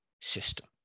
system